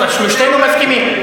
אז שלושתנו מסכימים.